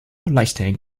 lightning